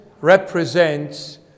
represents